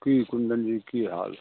की कुन्दनजी की हाल